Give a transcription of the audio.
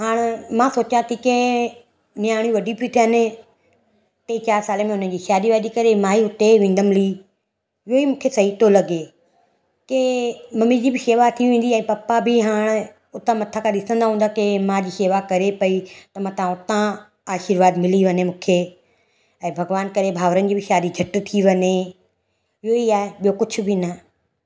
हाणे मां सोचा ती के न्याणियूं वॾी थी थियनि टे चारि साल में उन्हनि जी शादी वादी करे मां ई उते वेंदमि हली उहो ई मूंखे सही थो लॻे की मम्मी जी बि शेवा थी वेंदी ऐं पप्पा बि हाणे उतां मथा खां ॾिसंदा हूंदा के माउ जी शेवा करे पई त मता हुतां आशिर्वाद मिली वणे मूंखे ऐं भॻवान करे भाउरनि जी बि शादी झटि थी वञे इहो ई आहे ॿियों कुझु बि न